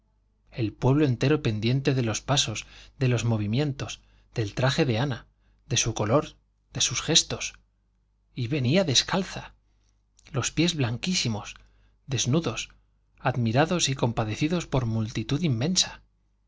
el pueblo entero pendiente de los pasos de los movimientos del traje de ana de su color de sus gestos y venía descalza los pies blanquísimos desnudos admirados y compadecidos por multitud inmensa